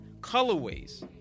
Colorways